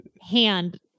hand